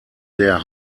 der